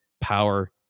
power